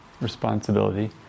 responsibility